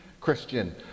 Christian